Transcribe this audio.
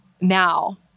now